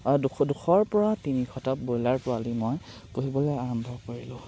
দুশ দুশৰ পৰা তিনিশটা ব্ৰইলাৰ পোৱালি মই পুহিবলৈ আৰম্ভ কৰিলোঁ